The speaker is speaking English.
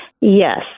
Yes